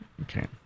Okay